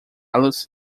los